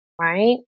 Right